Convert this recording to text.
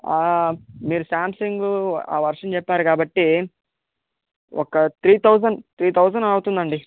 మీరు శామ్సంగ్ ఆ వర్షన్ చెప్పారు కాబ్బటి ఒక త్రి థౌజండ్ త్రి థౌజండ్ అవుతుందండి